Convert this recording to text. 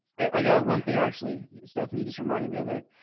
i got one thing i actually, stephanie, you just reminded me of it,